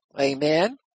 Amen